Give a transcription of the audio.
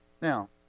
now